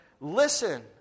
listen